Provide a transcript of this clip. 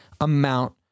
amount